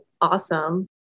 awesome